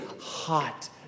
hot